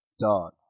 dog